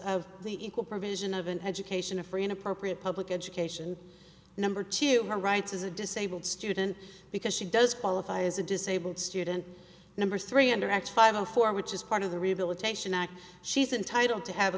of the equal provision of an education a free an appropriate public education number two her rights as a disabled student because she does qualify as a disabled student number three hundred x five hundred four which is part of the rehabilitation act she's entitled to have a